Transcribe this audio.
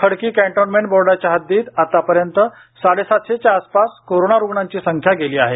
Khadki cantonment बोर्डाच्या हद्दीत आत्तापर्यंत साडेसातशेच्या आसपास कोरोना रुग्णांची संख्या गेली आहे